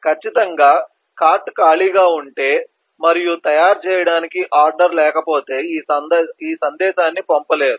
ఖచ్చితంగా బండి ఖాళీగా ఉంటే మరియు తయారు చేయడానికి ఆర్డర్ లేకపోతే ఈ సందేశాన్ని పంపలేరు